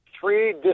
three